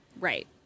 Right